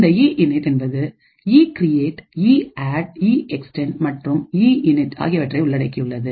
இந்த init என்பது இ கிரியேட் இஅட் இ எக்ஸ்டெண்டெட் மற்றும் இஇன் இட் ஆகியவற்றை உள்ளடக்கியுள்ளது